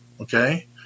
Okay